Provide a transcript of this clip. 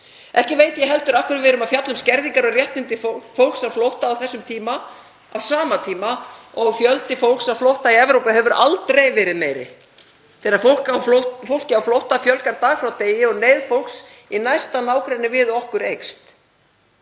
Ekki veit ég heldur af hverju við erum að fjalla um skerðingar á réttindum fólks á flótta á þessum tíma, á sama tíma og fjöldi fólks á flótta í Evrópu hefur aldrei verið meiri, þegar fólki á flótta fjölgar dag frá degi og neyð fólks í næsta nágrenni við okkur eykst.